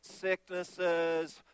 sicknesses